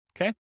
Okay